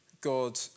God